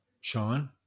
Sean